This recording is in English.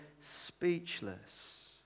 speechless